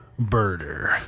birder